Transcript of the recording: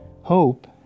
Hope